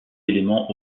éléments